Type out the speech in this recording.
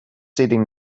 sitting